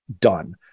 done